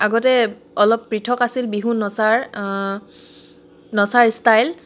আগতে অলপ পৃথক আছিল বিহু নচাৰ নচাৰ ষ্টাইল